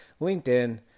linkedin